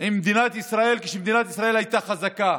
עם מדינת ישראל כשמדינת ישראל הייתה חזקה.